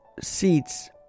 seats